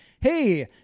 hey